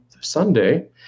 Sunday